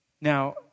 Now